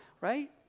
right